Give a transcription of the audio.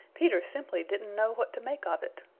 peter simply didn't know what to make of it.